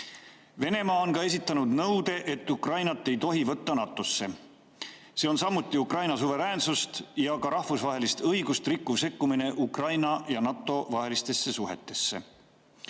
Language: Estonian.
Venemaa on ka esitanud nõude, et Ukrainat ei tohi võtta NATO‑sse. See on samuti Ukraina suveräänsust ja ka rahvusvahelist õigust rikkuv sekkumine Ukraina ja NATO vahelistesse suhetesse.